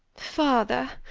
father,